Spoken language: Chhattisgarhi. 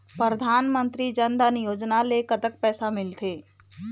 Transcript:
परधानमंतरी जन धन योजना ले कतक पैसा मिल थे?